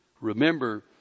Remember